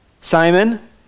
Simon